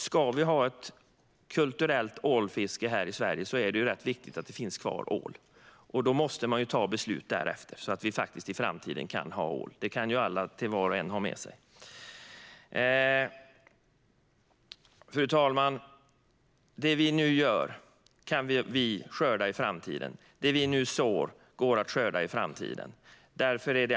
Ska vi ha ett kulturellt ålfiske här i Sverige är det ju rätt viktigt att det finns kvar ål. Då måste man ta beslut därefter, så att vi faktiskt i framtiden kan ha ål. Det kan ju var och en ha med sig. Fru talman! Det vi nu gör och det vi nu sår kan vi skörda i framtiden.